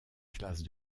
classe